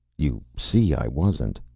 you see i wasn't.